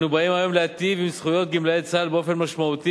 אנו באים היום להיטיב את זכויות גמלאי צה"ל באופן משמעותי